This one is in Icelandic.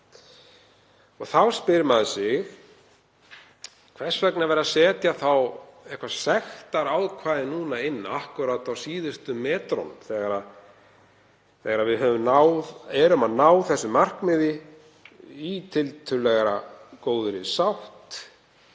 Þá spyr maður sig: Hvers vegna er verið að setja inn eitthvert sektarákvæði núna akkúrat á síðustu metrunum þegar við erum að ná þessu markmiði í tiltölulega góðri sátt,